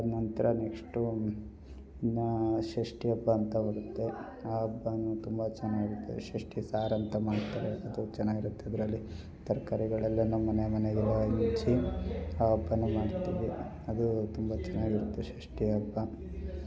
ಅದಾದ ನಂತರ ನೆಕ್ಸ್ಟು ಇನ್ನೂ ಷಷ್ಠಿ ಹಬ್ಬ ಅಂತ ಬರುತ್ತೆ ಆ ಹಬ್ಬನೂ ತುಂಬ ಚೆನ್ನಾಗಿರುತ್ತೆ ಷಷ್ಠಿ ಸಾರಂತ ಮಾಡ್ತಾರೆ ಅದು ಚೆನ್ನಾಗಿರುತ್ತೆ ಅದರಲ್ಲಿ ತರಕಾರಿಗಳೆಲ್ಲ ನಮ್ಮ ಮನೆ ಮನೆಗೂ ಹೋಗಿ ಹಚ್ಚಿ ಆ ಹಬ್ಬನ ಮಾಡ್ತೀವಿ ಅದು ತುಂಬ ಚೆನ್ನಾಗಿರುತ್ತೆ ಸೃಷ್ಟಿ ಹಬ್ಬ